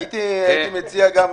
הייתי מציע,